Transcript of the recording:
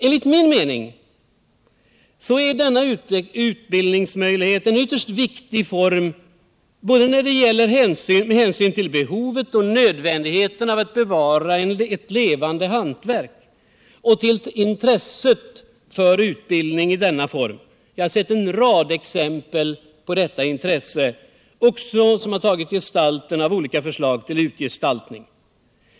Enligt min mening är denna utbildningsmöjlighet en ytterst viktig form både med hänsyn till behovet och nödvändigheten av att bevara ett levande hantverk och med hänsyn till intresset för utbildning i denna form. Jag har sett en rad exempel på detta intresse, som också har tagit sig uttryck i olika förslag till utgestaltning.